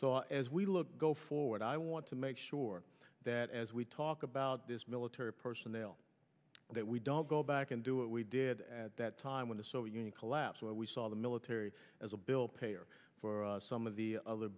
so as we look go forward i want to make sure that as we talk about this military personnel that we don't go back and do what we did at that time when the soviet union collapse where we saw the military as a bill payer for some of the other